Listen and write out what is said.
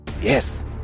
yes